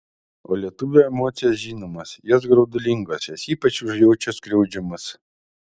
o lietuvio emocijos žinomos jos graudulingos jos ypač užjaučia skriaudžiamus